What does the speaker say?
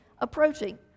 approaching